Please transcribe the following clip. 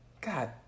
God